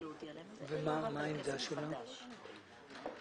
ומדובר בגמ"חים,